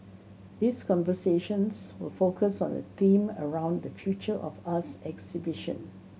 these conversations will focus on the theme around the Future of us exhibition